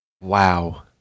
Wow